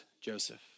Joseph